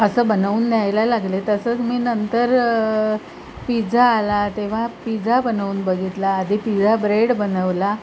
असं बनवून न्यायला लागले तसंच मी नंतर पिझ्झा आला तेव्हा पिझ्झा बनवून बघितला आधी पिझ्झा ब्रेड बनवला